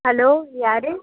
hello யார்